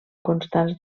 constants